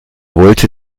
wollte